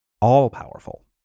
all-powerful